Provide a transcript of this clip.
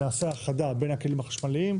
נעשה האחדה בין הכלים החשמליים.